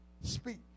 speak